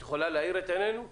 את יכולה להאיר את עינינו?